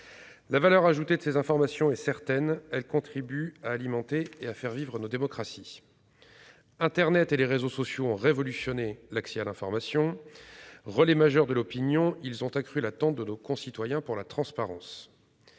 La valeur ajoutée de ces informations, qui contribuent à alimenter et à faire vivre nos démocraties, est certaine. Internet et les réseaux sociaux ont révolutionné l'accès à l'information. Relais majeurs de l'opinion, ils ont accru l'attente de nos concitoyens en matière de transparence.